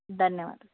ಧನ್ಯವಾದ